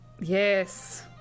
Yes